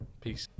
Peace